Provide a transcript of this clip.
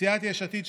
סיעת יש עתיד,